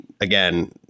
again